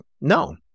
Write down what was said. No